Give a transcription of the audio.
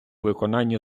виконанні